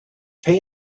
pay